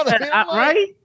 Right